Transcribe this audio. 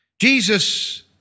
Jesus